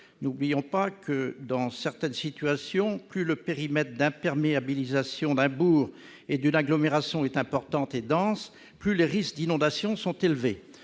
N'oublions pas que, dans certaines situations, plus le périmètre d'imperméabilisation d'un bourg et d'une agglomération est important et dense, plus les risques d'inondation sont élevés.